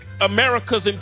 America's